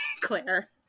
Claire